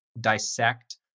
dissect